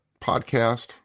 podcast